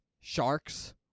sharks